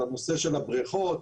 על הנושא של הבריכות